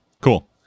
Cool